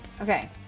Okay